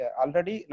already